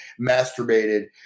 masturbated